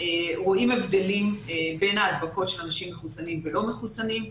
רואים הבדלים בין ההדבקות של אנשים מחוסנים ולא מחוסנים.